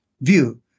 view